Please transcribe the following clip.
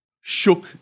shook